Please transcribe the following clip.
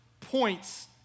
points